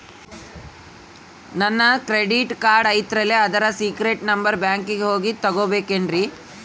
ನನ್ನ credit card ಐತಲ್ರೇ ಅದರ ಸೇಕ್ರೇಟ್ ನಂಬರನ್ನು ಬ್ಯಾಂಕಿಗೆ ಹೋಗಿ ತಗೋಬೇಕಿನ್ರಿ?